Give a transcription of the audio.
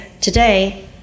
today